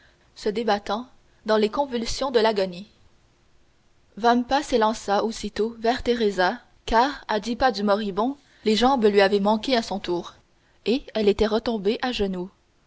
se débattant dans les convulsions de l'agonie vampa s'élança aussitôt vers teresa car à dix pas du moribond les jambes lui avaient manqué à son tour et elle était retombée à genoux